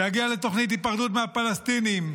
להגיע לתוכנית היפרדות מהפלסטינים.